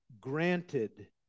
granted